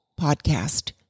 podcast